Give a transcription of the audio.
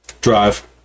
drive